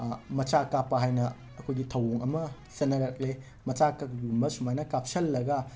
ꯃꯆꯥ ꯀꯥꯞꯄ ꯍꯥꯏꯅ ꯑꯩꯈꯣꯏꯒꯤ ꯊꯧꯑꯣꯡ ꯑꯃ ꯆꯠꯅꯔꯛꯂꯦ ꯃꯆꯥ ꯀꯩꯒꯨꯝꯕ ꯁꯨꯃꯥꯏꯅ ꯀꯥꯞꯁꯤꯜꯂꯒ